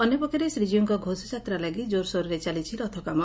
ଅନ୍ୟପକ୍ଷରେ ଶ୍ରୀଜୀଉଙ୍କ ଘୋଷଯାତ୍ରା ଲାଗି ଜୋରସୋରରେ ଚାଲିଛି ରଥକାମ